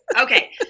Okay